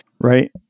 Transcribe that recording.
right